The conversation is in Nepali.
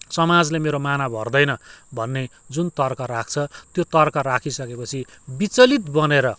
समाजले मेरो माना भर्दैन भन्ने जुन तर्क राख्छ त्यो तर्क राखिसकेपछि विचलित बनेर